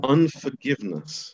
Unforgiveness